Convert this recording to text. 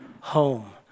home